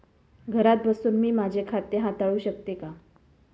घरात बसून मी माझे खाते हाताळू शकते का?